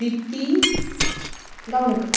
Dipti Gaonekar